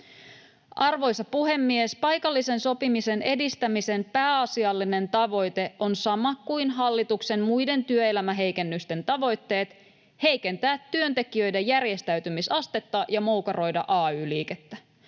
Arvoisa puhemies! Paikallisen sopimisen edistämisen pääasiallinen tavoite on sama kuin hallituksen muiden työelämäheikennysten tavoitteet: heikentää työntekijöiden järjestäytymisastetta ja moukaroida ay-liikettä.